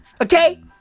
Okay